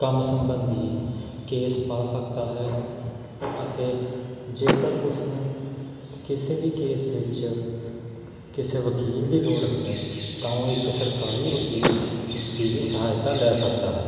ਕੰਮ ਸੰਬੰਧੀ ਕੇਸ ਪਾ ਸਕਦਾ ਹੈ ਅਤੇ ਜੇਕਰ ਉਸਨੂੰ ਕਿਸੇ ਵੀ ਕੇਸ ਵਿੱਚ ਕਿਸੇ ਵਕੀਲ ਦੀ ਲੋੜ ਹੈ ਤਾਂ ਉਹ ਇੱਕ ਸਰਕਾਰੀ ਵਕੀਲ ਦੀ ਵੀ ਸਹਾਇਤਾ ਲੈ ਸਕਦਾ ਹੈ